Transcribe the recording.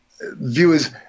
viewers